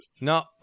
No